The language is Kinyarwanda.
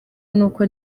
n’uko